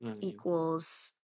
equals